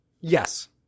Yes